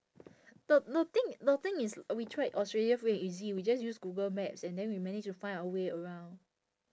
the the thing the thing is we tried australia free and easy we just use Google Maps and then we managed to find our way around